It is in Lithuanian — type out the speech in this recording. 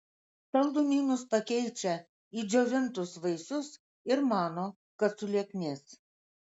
saldumynus pakeičia į džiovintus vaisius ir mano kad sulieknės